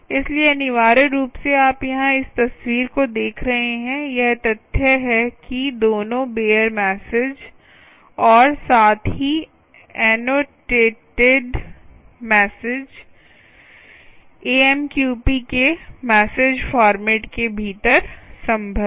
इसलिए अनिवार्य रूप से आप यहां इस तस्वीर को देख रहे हैं यह तथ्य है कि दोनों बेअर मैसेज और साथ ही एनोटेटएड मैसेज AMQP के मैसेज फॉर्मेट के भीतर संभव है